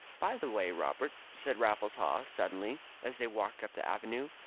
by the way, robert, said raffles haw suddenly, as they walked up the avenue.